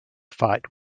fight